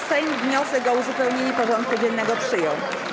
Sejm wniosek o uzupełnienie porządku dziennego przyjął.